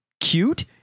cute